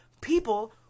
People